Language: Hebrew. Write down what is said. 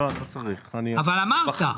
אבל אמרת...